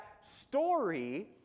story